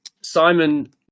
Simon